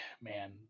man